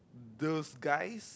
those guys